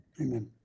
Amen